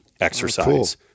exercise